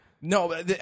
No